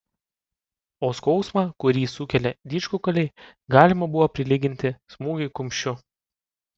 o skausmą kurį sukelia didžkukuliai galima buvo prilyginti smūgiui kumščiu